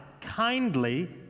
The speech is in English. kindly